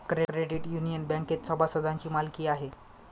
credit union बँकेत सभासदांची मालकी आहे